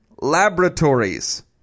laboratories